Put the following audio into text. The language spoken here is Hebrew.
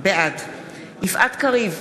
בעד יפעת קריב,